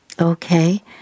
Okay